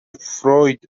فروید